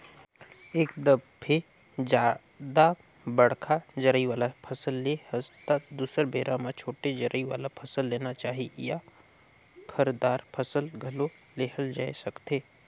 एक दफे जादा बड़का जरई वाला फसल ले हस त दुसर बेरा म छोटे जरई वाला फसल लेना चाही या फर, दार फसल घलो लेहल जाए सकथे